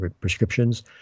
prescriptions